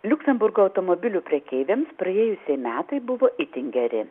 liuksemburgo automobilių prekeiviams praėjusi metai buvo itin geri